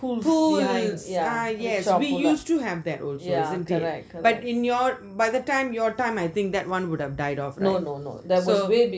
pulls behind ah yes we used to have that also to date but in your by the time your time I think that one would have died off right so